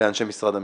לאנשי משרד המשפטים.